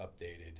updated